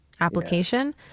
application